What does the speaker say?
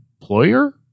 employer